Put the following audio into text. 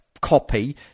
copy